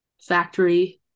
factory